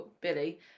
Billy